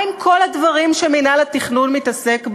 מה עם כל הדברים שמינהל התכנון מתעסק בהם?